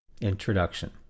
Introduction